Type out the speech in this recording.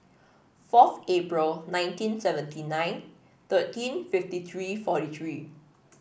fourth April nineteen seventy nine thirteen fifty three forty three